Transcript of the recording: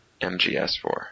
MGS4